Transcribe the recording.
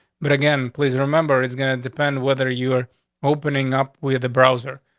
but again, please remember, it's going to depend whether you are opening up with the browser.